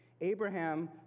Abraham